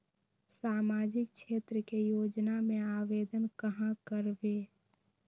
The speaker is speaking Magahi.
सामाजिक क्षेत्र के योजना में आवेदन कहाँ करवे?